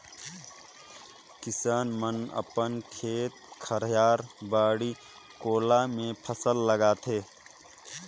किसान मन अपन खेत खायर, बाड़ी कोला मे फसल लगाथे